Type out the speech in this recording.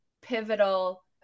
pivotal